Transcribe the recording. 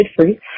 free